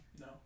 No